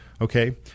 okay